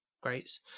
greats